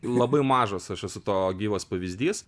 labai mažos aš esu to gyvas pavyzdys